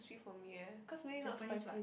sweet for me eh because maybe not spicy enough